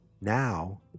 now